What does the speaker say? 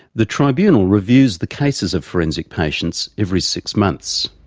the tribunal reviews the cases of forensic patients every six months.